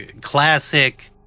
classic